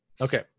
Okay